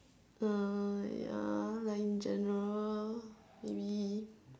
hmm ya like in general maybe